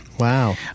Wow